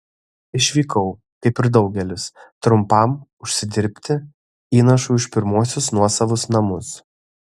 išvykau kaip ir daugelis trumpam užsidirbti įnašui už pirmuosius nuosavus namus